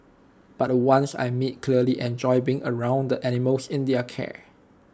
but the ones I meet clearly enjoy being around the animals in their care